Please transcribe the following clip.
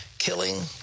killing